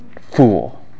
fool